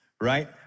right